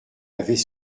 avait